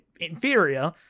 inferior